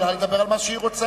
היא יכולה לדבר על מה שהיא רוצה.